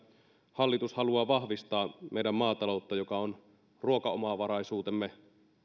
hallitus haluaa vahvistaa meidän maataloutta joka on ruokaomavaraisuutemme